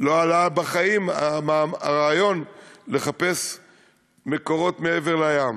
לא עלה בחיים הרעיון לחפש מקורות מעבר לים.